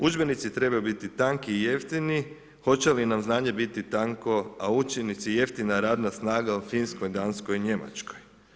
Udžbenici trebaju biti tanki i jeftini, hoće li nam znanje biti tanko a učenici jeftina radna snaga u Finskoj, Danskoj i Njemačkoj?